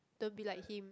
don't be like him